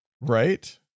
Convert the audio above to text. Right